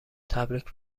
تبریک